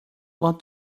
what